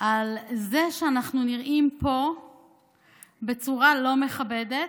על זה שאנחנו נראים פה בצורה לא מכבדת,